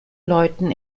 läuten